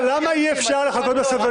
ברור שהנושאים האלה מגיעים בהסכמות.